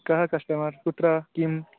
कः कस्टमर् कुत्र किं